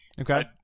Okay